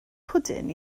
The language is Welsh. pwdin